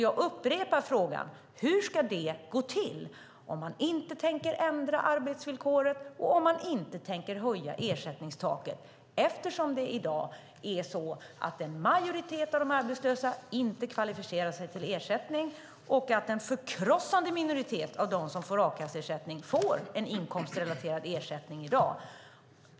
Jag upprepar frågan: Hur ska det gå till om ni inte tänker ändra arbetsvillkoren och om ni inte tänker höja ersättningstaket, eftersom det i dag är så att en majoritet av de arbetslösa inte kvalificerar sig till ersättning och att en förkrossande minoritet av dem som får a-kasseersättning får en inkomstrelaterad ersättning i dag?